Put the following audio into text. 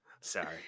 Sorry